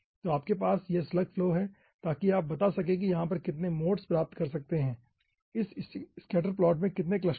तो आपके पास यह स्लग फ्लो हैं ताकि आप बता सके कि वहां से कितने मोड्स प्राप्त कर सकते हैं इस स्कैटर प्लॉट में कितने क्लस्टर हैं